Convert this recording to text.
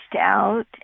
out